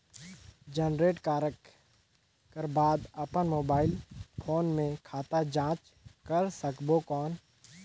Generate करक कर बाद अपन मोबाइल फोन मे खाता जांच कर सकबो कौन?